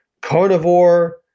carnivore